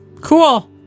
Cool